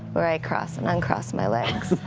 where i cross and uncross my legs.